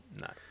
no